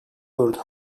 gördü